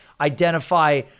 identify